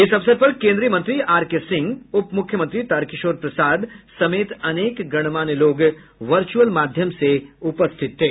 इस अवसर पर कोन्द्रीय मंत्री आरके सिंह उप मुख्यमंत्री तारकिशोर प्रसाद समेत अनेक गणमान्य लोग वर्च्यअल माध्यम से उपस्थित थे